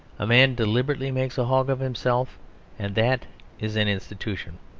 a man deliberately makes a hog of himself and that is an institution.